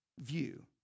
view